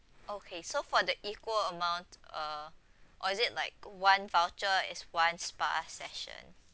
okay so for the equal amount uh or is it like one voucher is one spa session